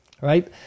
right